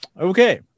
okay